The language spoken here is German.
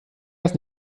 das